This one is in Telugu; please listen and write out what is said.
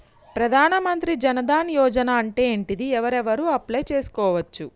ప్రధాన మంత్రి జన్ ధన్ యోజన అంటే ఏంటిది? ఎవరెవరు అప్లయ్ చేస్కోవచ్చు?